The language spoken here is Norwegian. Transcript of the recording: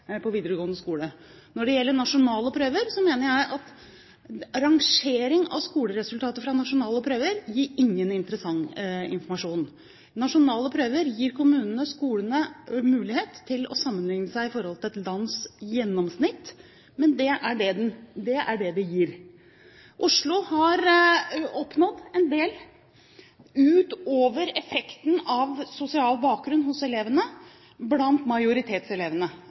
i videregående skole. Når det gjelder nasjonale prøver, mener jeg at rangering av skoleresultater fra nasjonale prøver gir ingen interessant informasjon. Nasjonale prøver gir kommunene og skolene mulighet til å sammenligne seg med et landsgjennomsnitt, men det er det de gir. Oslo har oppnådd en del utover effekten av sosial bakgrunn hos elevene blant majoritetselevene.